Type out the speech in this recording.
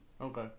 Okay